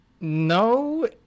no